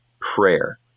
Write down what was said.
prayer